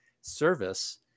service